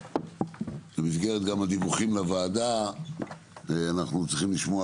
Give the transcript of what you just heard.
ובמסגרת גם הדיווחים לוועדה אנחנו צריכים לשמוע